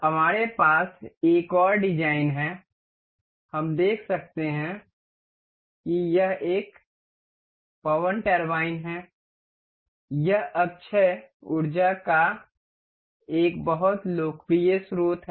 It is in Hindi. हमारे पास एक और डिज़ाइन है हम देख सकते हैं कि यह एक पवन टरबाइन है यह अक्षय ऊर्जा का एक बहुत लोकप्रिय स्रोत है